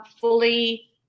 fully